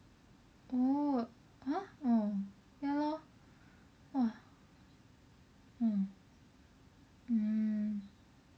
orh !huh! orh ya lor !wah! orh mm